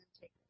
take